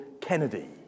Kennedy